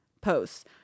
posts